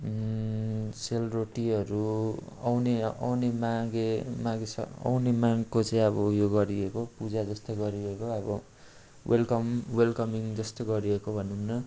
सेलरोटीहरू आउने आउने माघे माघे स आउने माघको चाहिँ अब यो गरिदिएको पूजा जस्तो गरिएको अब वेलकम वेलकमिङ जस्तो गरिएको भनौँ न